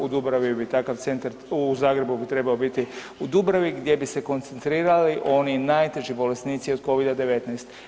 U Dubravi bi takav centar, u Zagrebu bi trebao biti u Dubravi gdje bi se koncentrirali oni najteži bolesnici od Covid-19.